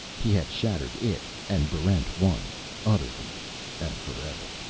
he had shattered it and barrent one utterly and forever.